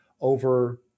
over